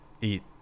eat